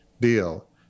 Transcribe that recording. deal